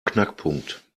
knackpunkt